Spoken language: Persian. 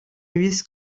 نویس